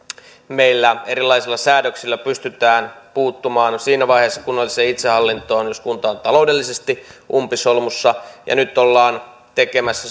meillä erilaisilla säädöksillä pystytään puuttumaan siinä vaiheessa kunnalliseen itsehallintoon jos kunta on taloudellisesti umpisolmussa ja nyt ollaan tekemässä